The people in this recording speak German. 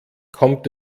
kommt